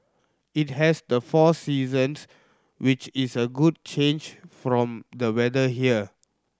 it has the four seasons which is a good change from the weather here